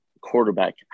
quarterback